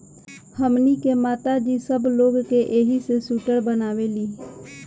हमनी के माता जी सब लोग के एही से सूटर बनावेली